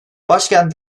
başkent